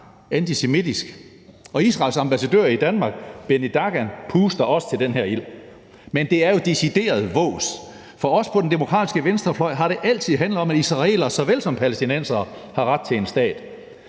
antisemitisk. Israels ambassadør i Danmark, Benny Dagan, puster også til den her ild, men det er jo decideret vås. For os på den demokratiske venstrefløj har det altid handlet om, at israelere såvel som palæstinensere har ret til en stat,